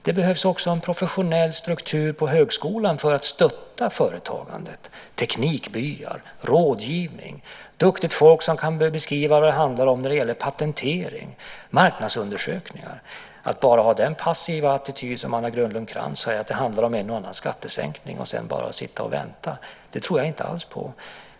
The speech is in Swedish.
Det behövs också en professionell struktur på högskolan för att stötta företagandet: teknikbyar, rådgivning, duktigt folk som kan beskriva vad det handlar om när det gäller patentering, marknadsundersökningar. Att ha den passiva attityd som Anna Grönlund Krantz har, att det handlar om en och annan skattesänkning och sedan bara sitta och vänta, tror jag inte alls på.